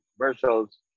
commercials